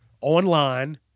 online